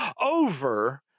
over